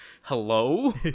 Hello